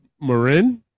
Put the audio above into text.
Marin